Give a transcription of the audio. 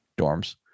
dorms